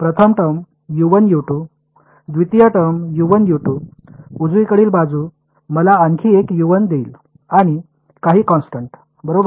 प्रथम टर्म द्वितीय टर्म उजवीकडील बाजू मला आणखी एक देईल आणि काही कॉन्स्टन्ट बरोबर